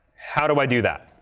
how do i do that?